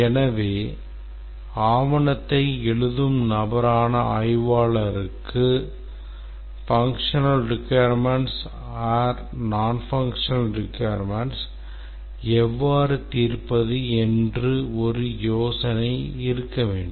எனவே ஆவணத்தை எழுதும் நபரான ஆய்வாளருக்கு functional requirements or non functional requirements எவ்வாறு தீர்ப்பது என்று ஒரு யோசனை இருக்க வேண்டும்